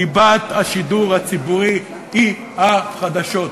ליבת השידור הציבורי היא החדשות.